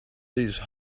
these